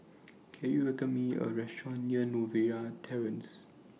Can YOU recommend Me A Restaurant near Novena Terrace